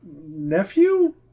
nephew